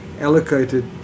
allocated